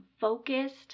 focused